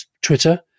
Twitter